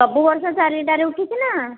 ସବୁ ବର୍ଷ ଚାରିଟାରେ ଉଠୁଛି ନା